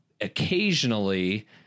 occasionally